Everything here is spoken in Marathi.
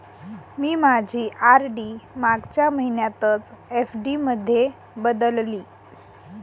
मी माझी आर.डी मागच्या महिन्यातच एफ.डी मध्ये बदलली